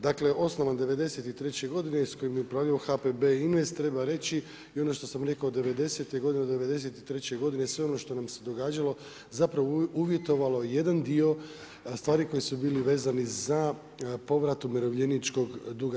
Dakle osnovan '93. godine s kojim je upravljao HPB Invest, treba reći i ono što sam rekao od '90.-te godine, '93. godine sve ono što nam se događalo zapravo uvjetovalo je jedan dio stvari koje su bile vezane za povrat umirovljeničkog duga.